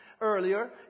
earlier